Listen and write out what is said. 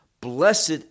blessed